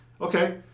Okay